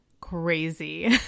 crazy